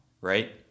right